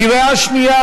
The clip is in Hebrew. קריאה שנייה,